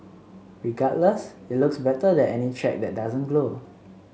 regardless it looks better than any track that doesn't glow